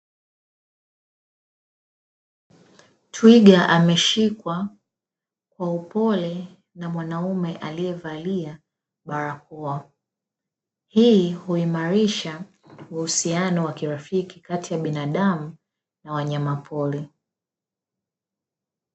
Twiga ameshikwa kwa upole na mwaunaume aliyevalia barakoa, hii huimarisha uhusiano wa kirafiki kati ya binadamu na wanyama pori.